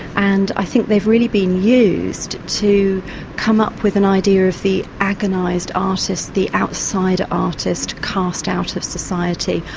and i think they've really been used to come up with an idea of the agonised artist, the outside artist cast out of society.